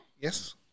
Yes